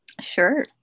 Sure